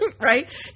right